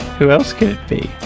who else could it be?